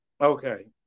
Okay